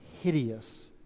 hideous